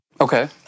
Okay